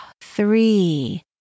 three